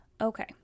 Okay